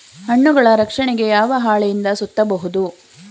ಹಣ್ಣುಗಳ ರಕ್ಷಣೆಗೆ ಯಾವ ಹಾಳೆಯಿಂದ ಸುತ್ತಬಹುದು?